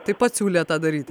taip pat siūlė tą daryti